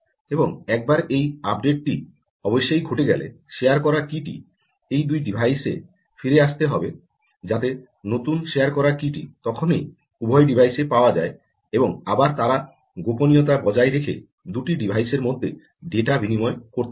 এবং একবার এই আপডেট টি অবশ্যই ঘটে গেলে শেয়ার করা কী টি এই দুটি ডিভাইসে ফিরে আসতে হবে যাতে নতুন শেয়ার করা কী টি তখনই উভয় ডিভাইসে পাওয়া যায় এবং আবার তারা গোপনীয়তা বজায় রেখে দুটি ডিভাইসের মধ্যে ডাটা বিনিময় করতে পারে